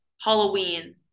Halloween